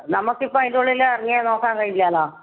നമുക്കിപ്പോൾ അതിന്റുള്ളിൽ ഇറങ്ങി നോക്കാൻ കഴിയില്ലല്ലോ